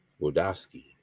Wodowski